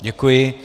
Děkuji.